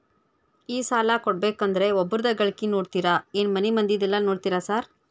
ಈ ಸಾಲ ಕೊಡ್ಬೇಕಂದ್ರೆ ಒಬ್ರದ ಗಳಿಕೆ ನೋಡ್ತೇರಾ ಏನ್ ಮನೆ ಮಂದಿದೆಲ್ಲ ನೋಡ್ತೇರಾ ಸಾರ್?